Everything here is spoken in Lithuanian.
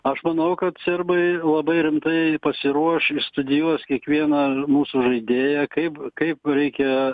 aš manau kad serbai labai rimtai pasiruoš išstudijuos kiekvieną mūsų žaidėją kaip kaip reikia